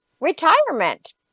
retirement